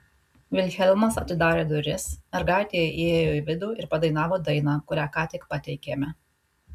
vilhelmas atidarė duris mergaitė įėjo į vidų ir padainavo dainą kurią ką tik pateikėme